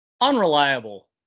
unreliable